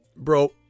Bro